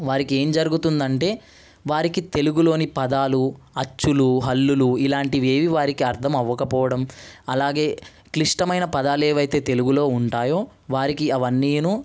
వారికేమి జరుగుతుందంటే వారికి తెలుగులోని పదాలు అచ్చులు హల్లులు ఇలాంటివేమి వారికి అర్థం అవ్వకపోవడం అలాగే క్లిష్టమయిన పదాలేవయితే తెలుగులో ఉంటాయో వారికి అవన్నియును